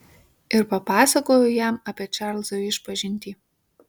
ir papasakojau jam apie čarlzo išpažintį